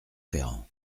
ferrand